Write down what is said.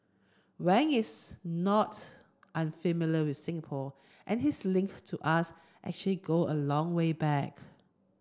Wang is not unfamiliar with Singapore and his link to us actually go a long way back